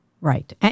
Right